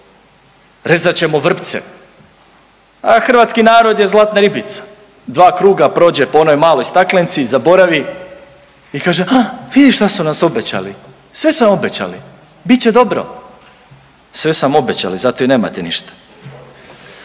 rezat ćemo vrpce a hrvatski narod je zlatna ribica. Dva kruga prođe po onoj maloj staklenci i zaboravi i kaže ha, vidi šta su nam obećali. Sve su nam obećali, bit će dobro. Sve su nam obećali zato i nemate ništa!